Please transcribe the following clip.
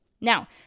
now